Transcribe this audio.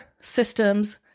systems